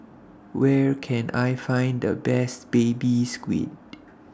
Where Can I Find The Best Baby Squid